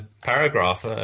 paragraph